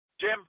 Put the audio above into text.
Jim